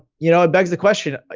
you know, it begs the question,